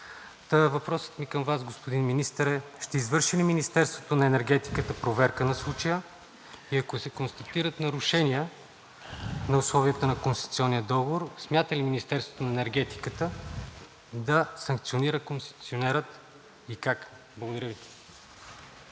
Въпросът ми към Вас, господин Министър, е – ще извърши ли Министерството на енергетиката проверка на случая и ако се констатират нарушения на условията на концесионния договор, смята ли Министерството на енергетиката да санкционира концесионера и как? Благодаря Ви.